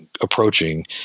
approaching